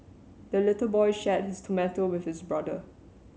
the little boy shared his tomato with his brother